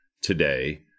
today